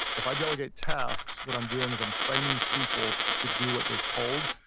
if i delegate tasks, what i'm doing is i'm training people to do what they're told.